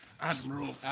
Admiral